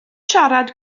siarad